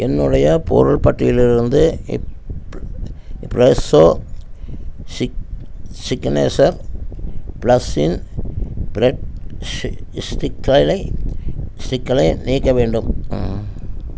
என்னுடைய பொருள் பட்டியலிலிருந்து ஃப்ரெஷோ ஸிக்கினேச்சர் ப்ளஸ் இன் ப்ரெட் ஸ்டிக்குகளை ஸ்டிக்குகளை நீக்க வேண்டும்